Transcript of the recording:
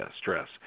stress